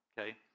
okay